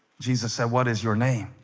jesus said what is your name?